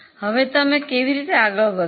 હવે તમે કેવી રીતે આગળ વધશો